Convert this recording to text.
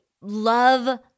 love